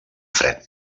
fred